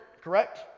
Correct